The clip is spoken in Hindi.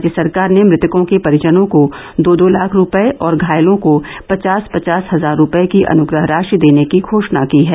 राज्य सरकार ने मृतकों के परिजनों को दो दो लाख रूपए और घायलों को पचास पचास हजार रूपए की अनुग्रह राशि देने की घोषणा की है